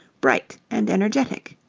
bright, and energetic.